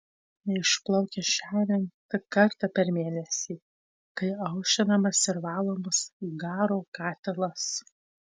neišplaukia šiaurėn tik kartą per mėnesį kai aušinamas ir valomas garo katilas